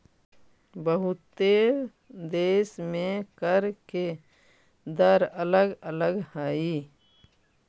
बहुते देश में कर के दर अलग अलग हई